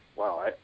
wow